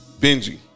Benji